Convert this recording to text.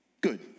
good